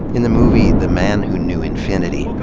in the movie the man who knew infinity,